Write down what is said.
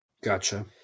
Gotcha